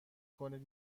کنید